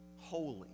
holy